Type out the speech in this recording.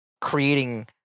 creating